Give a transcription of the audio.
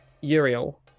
Uriel